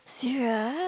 serious